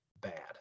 bad